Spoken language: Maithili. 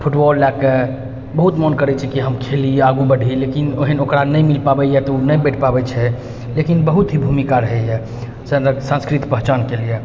फुटबॉल लअ कऽ बहुत मोन करै छै कि हम खेलि आगू बढ़ि लेकिन ओहेन ओकरा नहि मिल पाबैए तऽ ओ नहि बढ़ि पाबै छै लेकिन बहुत ही भूमिका रहैए सन संस्कृत पहिचानके लिए